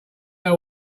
know